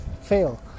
fail